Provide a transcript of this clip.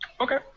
Okay